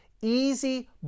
easy